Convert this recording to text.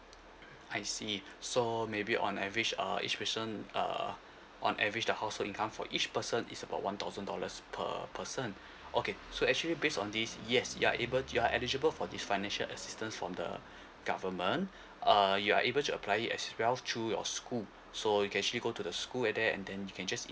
I see so maybe on the average err each person err on average the household income for each person is about one thousand dollars per person okay so actually based on this yes you are able you are eligible for this financial assistance from the government uh you are able to apply it as well through your school so you can actually go to the school at there and then you can just